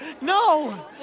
No